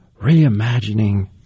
Reimagining